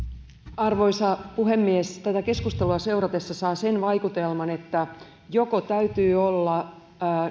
arvoisa puhemies tätä keskustelua seuratessa saa sen vaikutelman että joko täytyy olla